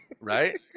right